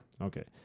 Okay